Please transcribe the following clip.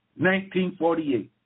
1948